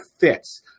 fits